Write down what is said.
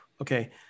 Okay